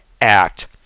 act